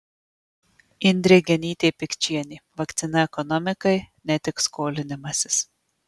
indrė genytė pikčienė vakcina ekonomikai ne tik skolinimasis